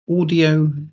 audio